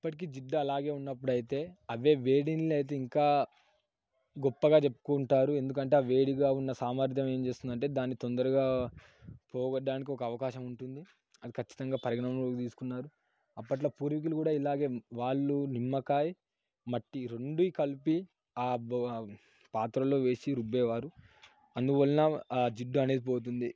అప్పటికీ జిడ్డు అలాగే ఉన్నప్పుడు అయితే అవే వేడి నీళ్ళు అయితే ఇంకా గొప్పగా చెప్పుకుంటారు ఎందుకంటే ఆ వేడిగా ఉన్న సామర్థ్యం ఏం చేస్తుందంటే దాన్ని తొందరగా పోగొట్టడానికి ఒక అవకాశం ఉంటుంది అది ఖచ్చితంగా పరిగణలోకి తీసుకున్నారు అప్పట్లో పూర్వికులు కూడా ఇలాగే వాళ్ళు నిమ్మకాయ మట్టి రెండు కలిపి ఆ పాత్రలో వేసి రుబ్బేవారు అందువలన ఆ జిడ్డు అనేది పోతుంది